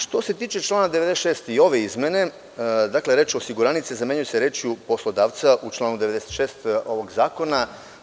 Što se tiče člana 96. i ove izmene, reč: „osiguranice“ zamenjuje se rečju : „poslodavca“ u članu 96. ovog zakona.